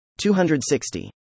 260